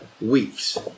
weeks